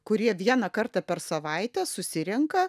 kurie vieną kartą per savaitę susirenka